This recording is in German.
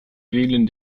wählen